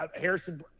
Harrison –